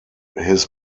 his